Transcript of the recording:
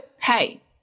hey